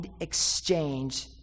exchange